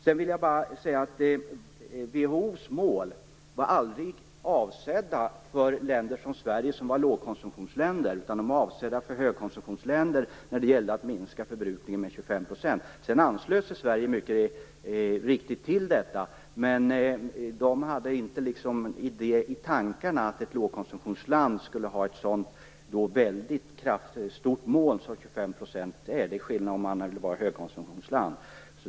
Sedan vill jag bara säga att WHO:s mål aldrig var avsedda för lågkonsumtionsländer som Sverige utan för högkonsumtionsländer när det gällde att minska förbrukningen med 25 %. Sedan anslöt sig Sverige mycket riktig till detta, men WHO hade aldrig i tankarna att ett lågkonsumtionsland skulle ha ett sådant stort mål som 25 %. Det hade varit skillnad om vi varit ett högkonsumtionsland.